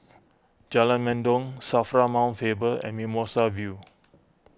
Jalan Mendong Safra Mount Faber and Mimosa View